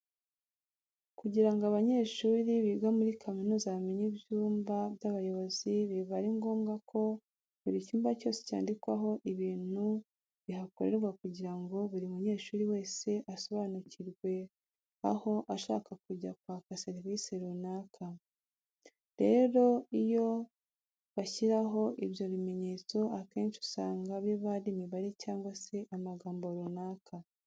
Kugira ngo abanyeshuri biga muri kaminuza bamenye ibyumba by'abayobozi biba ari ngombwa ko buri cyumba cyose cyandikwaho ibintu bihakorerwa kugira ngo buri munyeshuri wese asobanukirwe aho ashaka kujya kwaka serivise runaka. Rero iyo bashyiraho ibyo bimenyetso akenshi usanga biba ari imibare cyangwa se amagambo runaka.